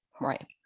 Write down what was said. Right